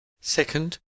Second